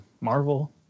marvel